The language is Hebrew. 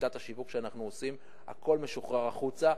שיטת השיווק שאנחנו עושים, הכול משוחרר החוצה.